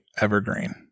evergreen